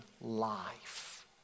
life